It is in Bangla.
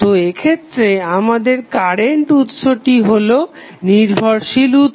তো এক্ষেত্রে আমাদের কারেন্ট উৎসটি হলো নির্ভরশীল উৎস